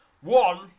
One